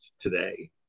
today